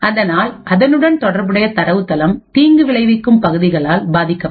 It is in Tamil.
அதனால் அதனுடன் தொடர்புடைய தரவுத்தளம் தீங்கு விளைவிக்கும் பகுதிகளால் பாதிக்கப்படும்